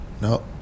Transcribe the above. No